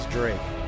Drake